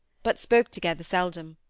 but spoke together seldom.